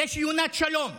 יש יונת שלום,